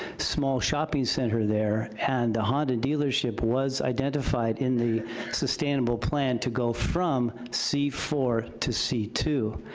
small shopping center there, and the honda dealership was identified in the sustainable plan to go from c four to c two.